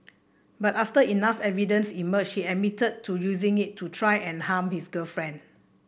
but after enough evidence emerged he admitted to using it to try and harm his girlfriend